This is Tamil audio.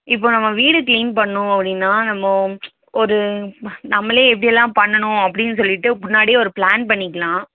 இப்போ நம்ம வீடு க்ளீன் பண்ணும் அப்படின்னா நம்ம ஒரு நம்மளே எப்படி எல்லாம் பண்ணணும் அப்படின்னு சொல்லிவிட்டு முன்னாடியே ஒரு ப்ளான் பண்ணிக்கலாம்